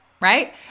right